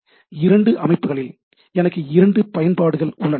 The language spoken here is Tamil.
எனவே இரண்டு அமைப்புகளில் எனக்கு இரண்டு பயன்பாடுகள் உள்ளன